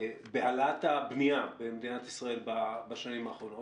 בהעלאת הבנייה במדינת ישראל בשנים האחרונות